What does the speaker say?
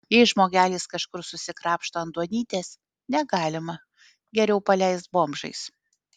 jei žmogelis kažkur susikrapšto ant duonytės negalima geriau paleist bomžais